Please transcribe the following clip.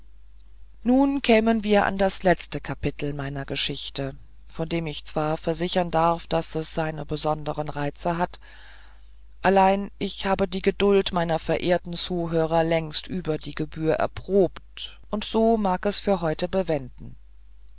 nun kämen wir an das letzte kapitel in meiner geschichte von dem ich zwar versichern darf daß es seine besondern reize hat allein ich habe die geduld meiner verehrten zuhörer längst über die gebühr erprobt und so mag es für heute bewenden